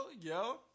yo